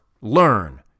learn